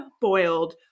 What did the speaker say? boiled